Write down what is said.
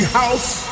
house